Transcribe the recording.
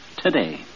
Today